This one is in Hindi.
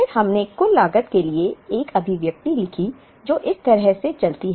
फिर हमने कुल लागत के लिए एक अभिव्यक्ति लिखी जो इस तरह से चलती है